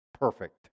perfect